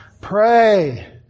pray